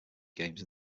games